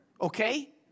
okay